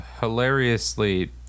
hilariously